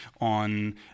on